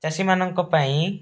ଚାଷୀମାନଙ୍କ ପାଇଁ